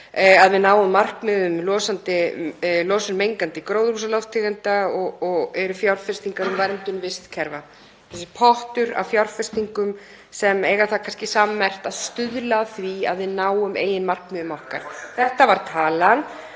okkar, náum markmiðum um losun mengandi gróðurhúsalofttegunda og eru fjárfestingar í verndun vistkerfa, þessi pottur af fjárfestingum sem eiga það sammerkt að stuðla að því að við náum meginmarkmiðum okkar. Þetta var talan